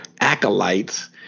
acolytes